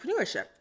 entrepreneurship